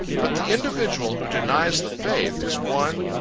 but the individual who denies the faith, is one,